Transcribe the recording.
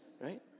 Right